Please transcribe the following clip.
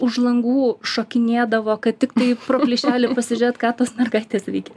už langų šokinėdavo kad tiktai pro plyšelį pasižiūrėt ką tos mergaitės veikia